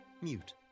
Mute